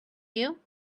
you